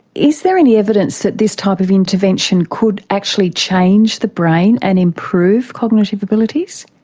is there any evidence that this type of intervention could actually change the brain and improve cognitive abilities?